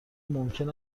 ممکن